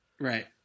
Right